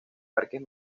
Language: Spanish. parques